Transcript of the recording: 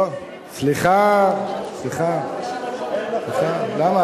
סליחה, סליחה.